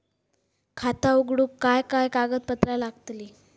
खाता उघडूक काय काय कागदपत्रा लागतली?